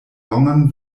longan